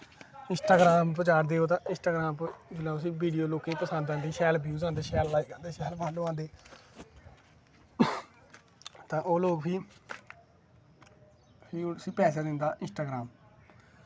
Instagram पर चाढ़दे ओह् तां इंस्टाग्राम पर जिसलै लोकें गी पसंद आंदी शैल ब्यू आंदे शैल लाईक आंदे तां फ्ही ओह् लोग उसी पैसे दिंदा इंस्टाग्राम